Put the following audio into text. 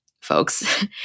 folks